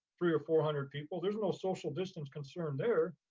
three or four hundred people, there's no social distance concern there.